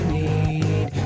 need